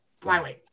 Flyweight